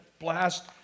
blast